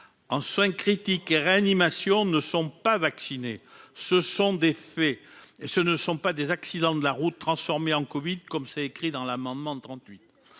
en soins critiques RN il mation ne sont pas vaccinés, ce sont des faits et ce ne sont pas des accidents de la route transformée en Covid comme c'est écrit dans l'amendement de 38,